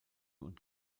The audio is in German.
und